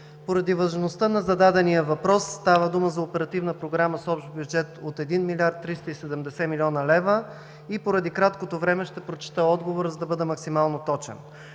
Поради важността на зададения въпрос – става дума за Оперативна програма с общ бюджет от 1 млрд. 370 млн. лв., и поради краткото време ще прочета отговора, за да бъда максимално точен.